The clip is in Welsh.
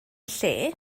lle